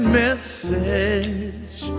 message